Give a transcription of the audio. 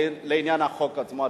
לעניין החוק עצמו,